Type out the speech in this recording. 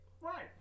Right